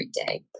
everyday